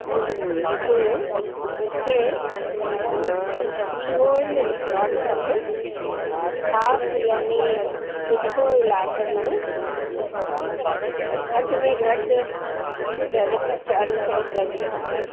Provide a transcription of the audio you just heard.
मुझे मूंखे freehold plot खपे ख़ासि यानि सुठो इलाक़नि में घटि में घटि चर चारि सौ गजु खपे